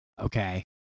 okay